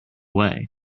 way